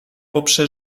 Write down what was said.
poprze